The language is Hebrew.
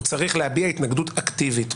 הוא צריך להביע התנגדות אקטיבית.